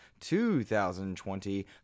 2020